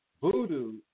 voodoo